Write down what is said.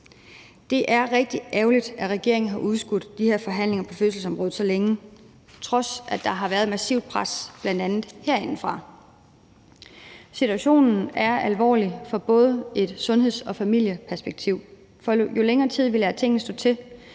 Det er rigtig ærgerligt, at regeringen har udskudt de her forhandlinger på fødselsområdet så længe, trods at der har været massivt pres bl.a. herindefra. Situationen er alvorlig både fra et sundheds- og familieperspektiv, for jo længere tid vi lader stå til,